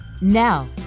Now